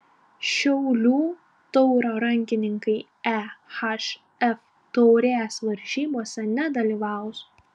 šiaulių tauro rankininkai ehf taurės varžybose nedalyvaus